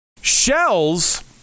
Shells